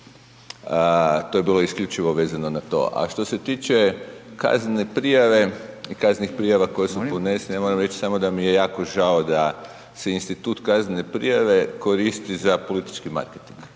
To je bilo isključivo vezano na to. A što se tiče kaznene prijave i kaznenih prijava koje su podnesene, ja moram reći samo da mi je jako žao da se institut kaznene prijave koristi za politički marketing.